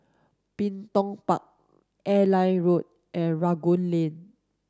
Bin Tong Park Airline Road and Rangoon Lane